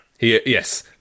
Yes